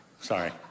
Sorry